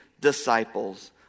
disciples